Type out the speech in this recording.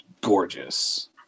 gorgeous